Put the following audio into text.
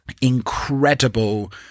incredible